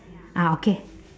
ah okay